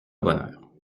bonheur